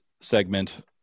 segment